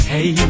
Hey